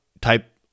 type